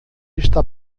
está